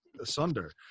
asunder